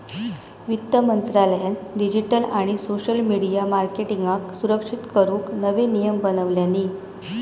वित्त मंत्रालयान डिजीटल आणि सोशल मिडीया मार्केटींगका सुरक्षित करूक नवे नियम बनवल्यानी